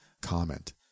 comment